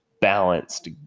balanced